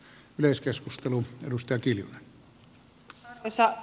arvoisa herra puhemies